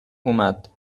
اومد